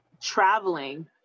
traveling